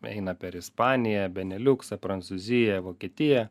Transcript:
eina per ispaniją beneliuksą prancūziją vokietiją